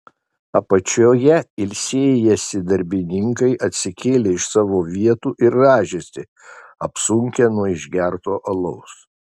apačioje ilsėjęsi darbininkai atsikėlė iš savo vietų ir rąžėsi apsunkę nuo išgerto alaus